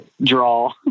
Draw